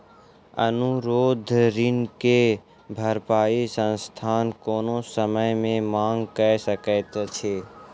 अनुरोध ऋण के भरपाई संस्थान कोनो समय मे मांग कय सकैत अछि